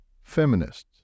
feminists